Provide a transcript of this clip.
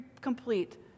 complete